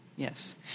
Yes